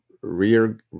rear